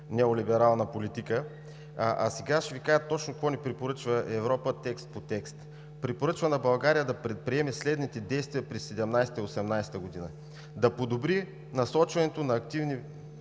неолиберална политика. А сега ще Ви кажа точно какво ни препоръчва Европа – текст по текст. Препоръчва на България да предприеме следните действия през 2017 и 2018 г.: „Да подобри насочването на активните